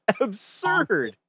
absurd